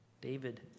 David